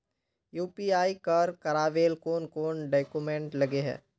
UPI कर करावेल कौन कौन डॉक्यूमेंट लगे है?